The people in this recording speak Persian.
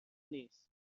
نیست